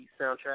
soundtrack